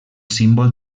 símbol